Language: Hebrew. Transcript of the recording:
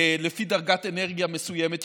לפי דרגת אנרגיה מסוימת,